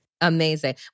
Amazing